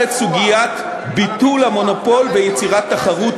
ובעיקר את סוגיית ביטול המונופול ויצירת תחרות